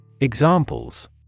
Examples